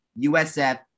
USF